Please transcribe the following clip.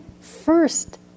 first